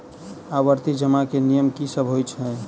आवर्ती जमा केँ नियम की सब होइ है?